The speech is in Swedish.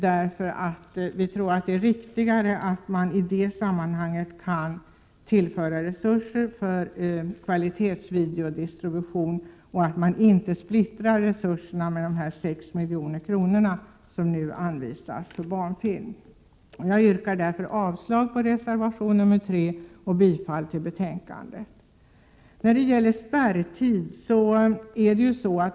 Det är riktigare att tillföra resurser till kvalitetsvideodistribution och att de 6 milj.kr. som nu anvisas för barnfilm inte splittras. Jag yrkar därför avslag på reservation nr 3 och bifall till utskottets hemställan.